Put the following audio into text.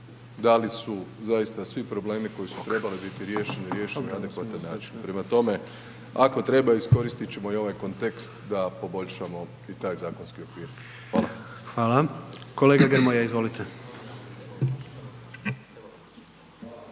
da li su zaista svi problemi koji su trebali biti riješeni, riješeni na adekvatan način. Prema tome, ako treba iskoristit ćemo i ovaj kontekst da poboljšamo i taj zakonski okvir. Hvala. **Jandroković, Gordan (HDZ)** Hvala.